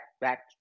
back